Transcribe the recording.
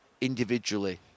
individually